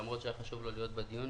למרות שהיה חשוב לו להיות בדיון,